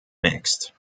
mixed